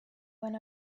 when